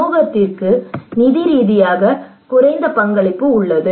சமூகத்திற்கு நிதி ரீதியாக குறைந்த பங்களிப்பு உள்ளது